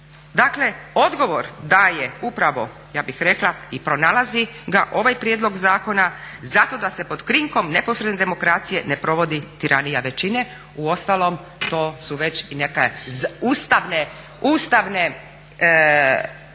Dakle, odgovor da je upravo ja bih rekla i pronalazi ga ovaj prijedlog zakona da se pod krinkom neposredne demokracije ne provodi tiranija većine uostalom to su već i neke ustavne određenosti